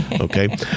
Okay